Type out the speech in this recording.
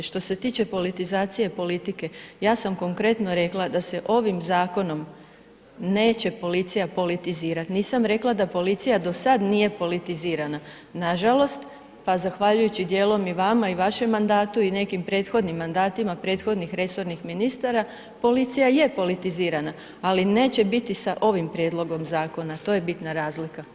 Što se tiče politizacije politike, ja sam konkretno rekla da se ovim Zakonom neće policija politizirat, nisam rekla da policija do sad nije politizirana, nažalost, pa zahvaljujući dijelom i vama, i vašem mandatu, i nekim prethodnim mandatima prethodnih resornih ministara, policija je politizirana, ali neće biti sa ovim Prijedlogom Zakona, to je bitna razlika.